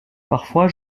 parfois